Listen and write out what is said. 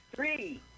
Three